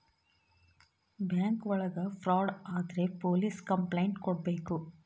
bank ಒಳಗ fraud ಆದ್ರೆ police complaint ಕೊಡ್ಬೇಕು